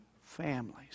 families